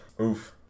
Oof